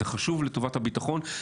זה חשוב לטובת הביטחון,